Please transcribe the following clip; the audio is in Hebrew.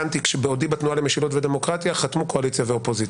שיש לנו שר שנחוש לחזור למשרד וכשר עם חקיקה שתרסק את היכולת של שופטים,